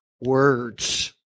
words